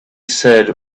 said